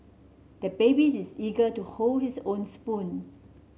the baby is eager to hold his own spoon